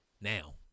Now